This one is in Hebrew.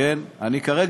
כרגע,